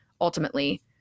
ultimately